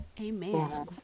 Amen